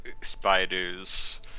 Spiders